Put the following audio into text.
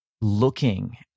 looking